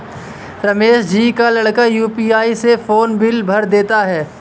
रमेश जी का लड़का यू.पी.आई से फोन बिल भर देता है